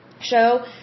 show